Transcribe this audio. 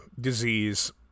disease